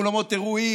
אולמות אירועים,